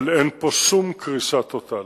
אבל אין פה שום קריסה טוטלית.